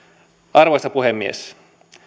arvoisa puhemies